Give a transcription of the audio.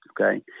Okay